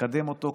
מקדם אותו,